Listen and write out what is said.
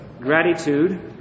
gratitude